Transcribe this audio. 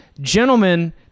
Gentlemen